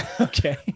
Okay